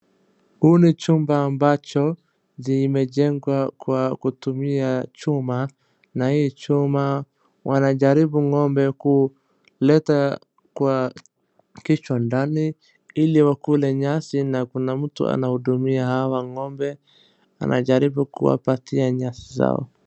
Huu ni chumba ambacho zimejengwa kwa kutumia chuma na hii chuma wanajaribu ng'ombe kuleta kwa kichwa ndani ili wakule nyasi na kuna mtu anahudumia hawa ng'ombe anajaribu kuwapatia nyasi zao.